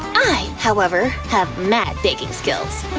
i, however, have mad baking skills.